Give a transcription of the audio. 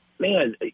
man